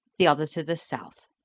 the other to the south.